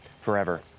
forever